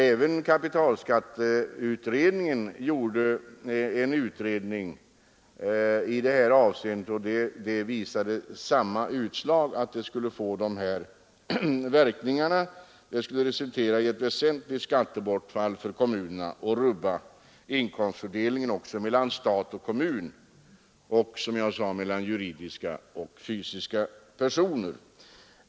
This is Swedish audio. Även kapitalberedningen gjorde en utredning i detta avseende, vilken gav samma utslag, dvs. att ett slopande av denna skatt skulle resultera i ett väsentligt skattebortfall för kommunerna och rubba inkomstfördelningen mellan stat och kommun samt även, som jag sade, mellan juridiska och fysiska personer.